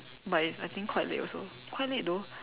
but it's I think quite late also quite late though